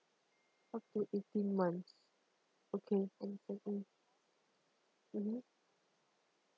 okay eighteen months okay can can mm mmhmm